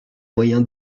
moyen